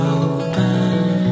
open